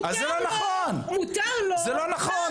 זה לא נכון! זה לא נכון,